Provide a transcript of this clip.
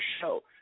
show